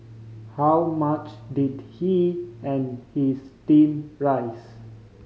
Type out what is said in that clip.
how much did he and his team raise